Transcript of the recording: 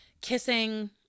kissing